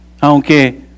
aunque